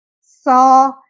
saw